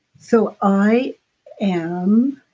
so i am